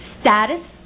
status